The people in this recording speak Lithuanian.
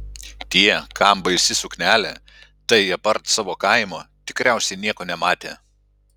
tie kam baisi suknelė tai apart savo kaimo tikriausiai nieko nematė